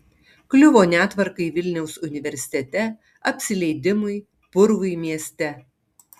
kliuvo netvarkai vilniaus universitete apsileidimui purvui mieste